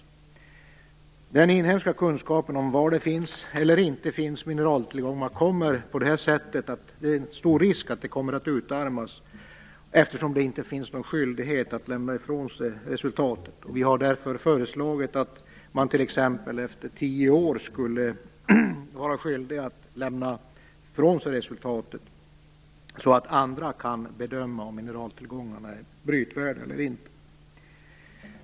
Det är en stor risk att den inhemska kunskapen om var det finns eller inte finns mineraltillgångar kommer att utarmas, eftersom det inte finns någon skyldighet att lämna ifrån sig resultatet. Vi har därför föreslagit att man t.ex. efter tio år skulle vara skyldig att lämna ifrån sig resultatet, så att andra kan bedöma om mineraltillgångarna är brytvärda eller inte.